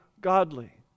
godly